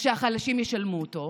אז שהחלשים ישלמו אותו.